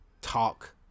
talk